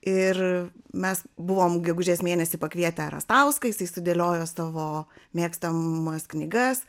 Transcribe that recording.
ir mes buvom gegužės mėnesį pakvietę rastauską jisai sudėliojo savo mėgstamas knygas